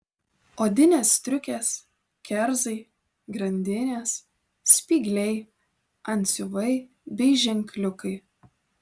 odinės striukės kerzai grandinės spygliai antsiuvai bei ženkliukai